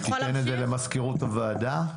תן את זה למזכירות הוועדה.